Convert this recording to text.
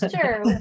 Sure